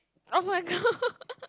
oh-my-god